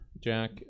Jack